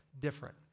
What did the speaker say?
different